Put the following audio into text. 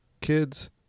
kids